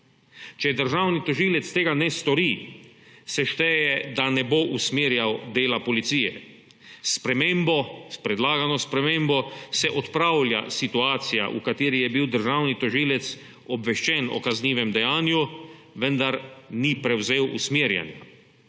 Če državni tožilec tega ne stori, se šteje, da ne bo usmerjal dela policije. S predlagano spremembo se odpravlja situacija, v kateri je bil državni tožilec obveščen o kaznivem dejanju, vendar ni prevzel usmerjanja.